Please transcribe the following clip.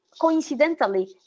coincidentally